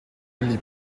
lip